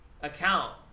Account